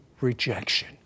rejection